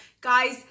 Guys